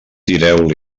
tireu